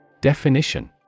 Definition